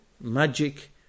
magic